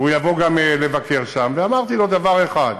והוא יבוא גם לבקר שם, ואמרתי לו דבר אחד: